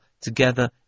together